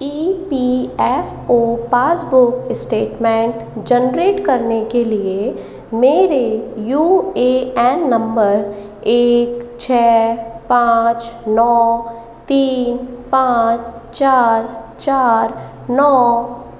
ई P F O passbook statement generate करने के लिए मेरे यू ए एन नंबर एक छः पाँच नौ तीन पाँच चार चार नौ